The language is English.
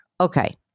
Okay